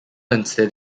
instead